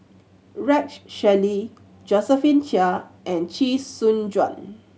Rex Shelley Josephine Chia and Chee Soon Juan